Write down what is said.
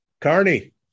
Carney